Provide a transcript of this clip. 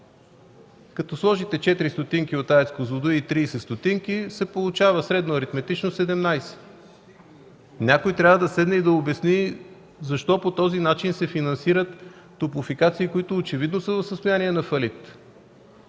Като сложите четири стотинки от АЕЦ „Козлодуй” и 30 стотинки се получава средно аритметично седемнайсет. Някой трябва да седне и да обясни защо по този начин се финансират топлофикации, които очевидно са в състояние на фалит?